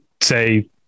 say